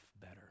better